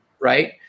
Right